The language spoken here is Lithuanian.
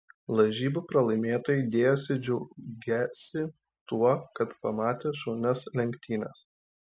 lažybų pralaimėtojai dėjosi džiaugiąsi tuo kad pamatė šaunias lenktynes